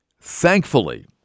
thankfully